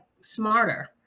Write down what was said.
smarter